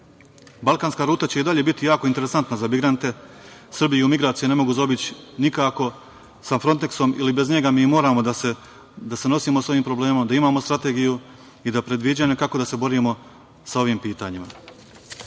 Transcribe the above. prava. Balkanska ruta će i dalje biti jako interesantna za migrante. Srbiju migracije ne mogu zaobići nikako. Sa Fronteksom ili bez njega mi moramo da se nosimo sa ovim problemom, da imamo strategiju i predviđanja kako da se borimo sa ovim pitanjima. Kada